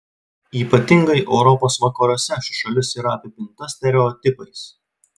ypatingai europos vakaruose ši šalis yra apipinta stereotipais